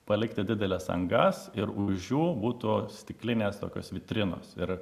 palikti dideles angas ir už jų būtų stiklinės tokios vitrinos ir